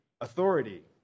authority